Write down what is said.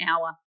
hour